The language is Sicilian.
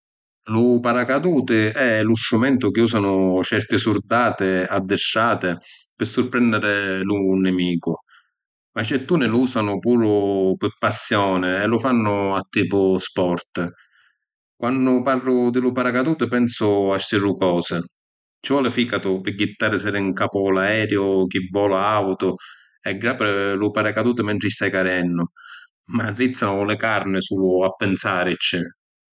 Lu paracaduti è lu strumentu chi usanu certi surdati addistrati pi surprènniri lu nnimicu. Ma certuni lu usanu puru pi passioni e lu fannu a tipu sport. Quannu parru di lu paracaduti pensu a sti dui cosi. Ci voli ficatu pi jittarisi di ‘ncapu l’aèriu chi vola autu e grapiri lu paracaduti mentri stai cadennu. M’arrizzanu li carni a pinsaricci.